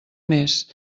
més